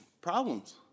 Problems